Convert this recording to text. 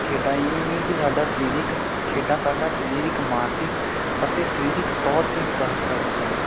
ਖੇਡਾਂ ਇਹ ਹੀ ਨਹੀਂ ਕਿ ਸਾਡਾ ਸਰੀਰਿਕ ਖੇਡਾਂ ਸਾਡਾ ਸਰੀਰਿਕ ਮਾਨਸਿਕ ਅਤੇ ਸਰੀਰਿਕ ਤੌਰ 'ਤੇ ਵਿਕਾਸ ਕਰਦੀਆਂ ਹਨ